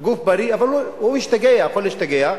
גוף בריא, אבל הוא השתגע, יכול להשתגע,